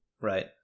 Right